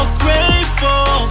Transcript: grateful